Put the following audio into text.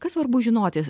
kas svarbu žinoti